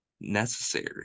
necessary